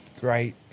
great